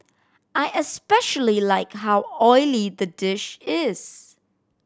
I especially like how oily the dish is